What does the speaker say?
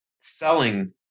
selling